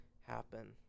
happen